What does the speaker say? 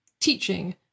teaching